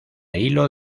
hilo